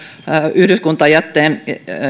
yhdyskuntajätteen